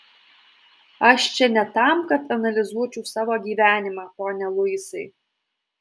aš čia ne tam kad analizuočiau savo gyvenimą pone luisai